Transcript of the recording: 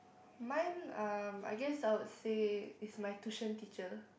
mine um I guess I would say is my tuition teacher